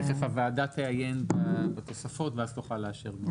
הוועדה תעיין בתוספת ואז תוכל לאשר אותן.